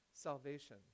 salvation